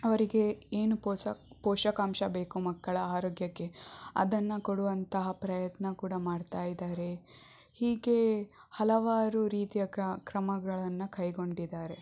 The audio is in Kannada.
ಅವರಿಗೆ ಏನು ಪೋಸ ಪೋಷಕಾಂಶ ಬೇಕು ಮಕ್ಕಳ ಆರೋಗ್ಯಕ್ಕೆ ಅದನ್ನು ಕೊಡುವಂತಹ ಪ್ರಯತ್ನ ಕೂಡ ಮಾಡ್ತಾ ಇದ್ದಾರೆ ಹೀಗೆ ಹಲವಾರು ರೀತಿಯ ಕ್ರಮಗಳನ್ನು ಕೈಗೊಂಡಿದ್ದಾರೆ